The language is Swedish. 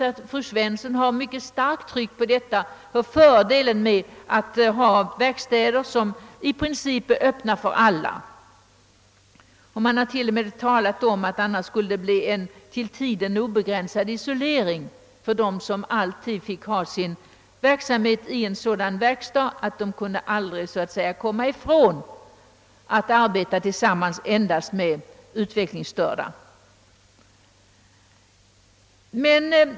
a. fru Svensson har mycket starkt tryckt på fördelen av verkstäder som i princip är öppna för alla. Det har t.o.m. sagts, att det annars skulle bli en till tiden obegränsad isolering för de utvecklingsstörda som placerats i skyddade verkstäder; de skulle aldrig få arbeta annat än tillsammans med andra utvecklingsstörda.